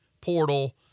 portal